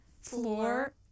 Floor